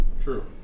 True